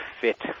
fit